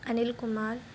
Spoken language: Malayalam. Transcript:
അനിൽ കുമാർ